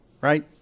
Right